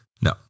No